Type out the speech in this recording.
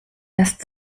lässt